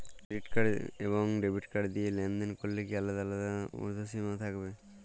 Credit card এবং debit card দিয়ে লেনদেন করলে কি আলাদা আলাদা ঊর্ধ্বসীমা থাকবে?